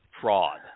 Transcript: fraud